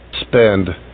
spend